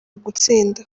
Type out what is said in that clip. gutsinda